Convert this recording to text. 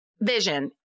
vision